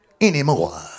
anymore